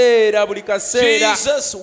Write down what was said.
Jesus